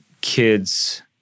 kids